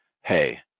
hey